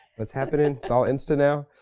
what's happenin'? it's all insta now?